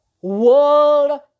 World